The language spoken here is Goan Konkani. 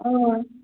हय